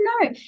no